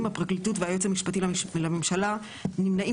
הפרקליטות והיועץ המשפטי לממשלה נמנעים